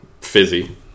fizzy